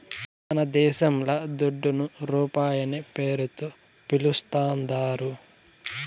మనదేశంల దుడ్డును రూపాయనే పేరుతో పిలుస్తాందారు